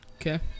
Okay